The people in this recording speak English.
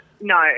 no